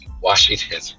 Washington